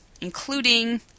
including